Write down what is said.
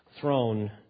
throne